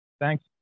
thanks